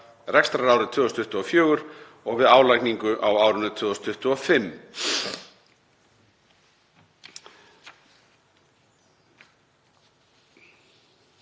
rekstrarárið 2024 og við álagningu á árinu 2025.